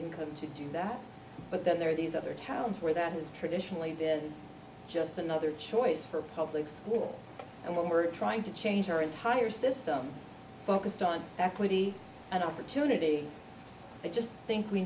income to do that but then there are these other towns where the has traditionally been just another choice for public school and when we're trying to change our entire system focused on equity and opportunity i just think we